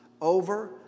over